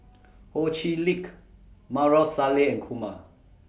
Ho Chee Lick Maarof Salleh and Kumar